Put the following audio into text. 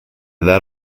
that